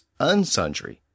unsundry